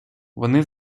вони